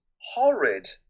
horrid